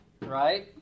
right